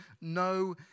no